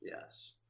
yes